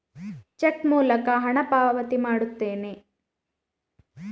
check ಮೂಲಕ ಹಣ ಪಾವತಿ ಮಾಡುತ್ತೇನೆ